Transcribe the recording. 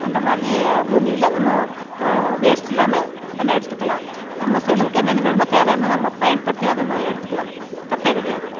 அந்த மாதிரி பூமியில் நம்ம வேஸ்ட் இல்லாமல் நம்ம எடுத்துக்கலாம் நம்ம செலவுக்கு என்னன்ன வேணுமோ தேவையானதை நம்ம பயன்படுத்தி அதை நம்ம எடுத்துக்கலாம் தப்பே கிடையாது